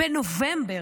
בנובמבר.